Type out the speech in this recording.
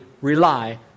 rely